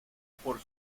por